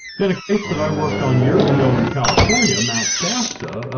then a case that i worked on years ago in california, mount shasta,